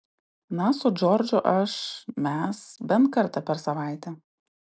na su džordžu aš mes bent kartą per savaitę